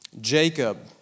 Jacob